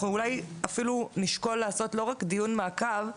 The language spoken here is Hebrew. אנחנו אולי אפילו נשקול לעשות לא רק דיון מעקב,